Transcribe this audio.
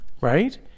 Right